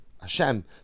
Hashem